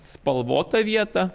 spalvotą vietą